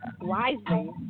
wisely